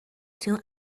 soon